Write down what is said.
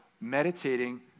meditating